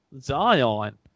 Zion